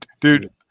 Dude